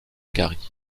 gary